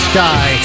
Sky